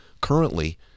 currently